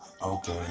Okay